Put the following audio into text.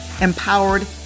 empowered